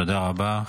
תודה רבה.